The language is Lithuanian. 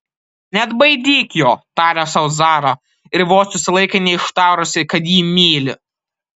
neatbaidyk jo tarė sau zara ir vos susilaikė neištarusi kad jį myli